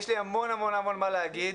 יש לי המון המון מה להגיד,